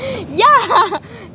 yeah